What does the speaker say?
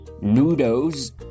Noodles